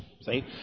See